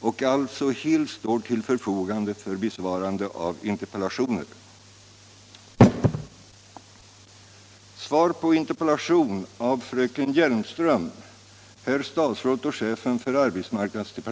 och alltså helt står till förfogande för besvarande av interpellationer.